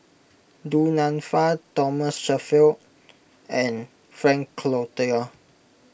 Du Nanfa Thomas Shelford and Frank Cloutier